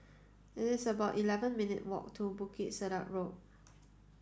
it is about eleven minutes' walk to Bukit Sedap Road